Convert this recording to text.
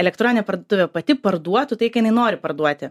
elektroninė parduotuvė pati parduotų tai ką jinai nori parduoti